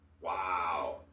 Wow